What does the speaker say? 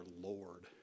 Lord